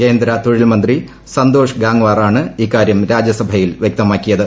കേന്ദ്ര തൊഴിൽ മന്ത്രി സന്തോഷ് ഗാംഗ്വാറാണ് ഇക്കാര്യം രാജ്യസഭയിൽ വൃക്തമാക്കിയത്